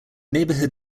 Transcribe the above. neighborhood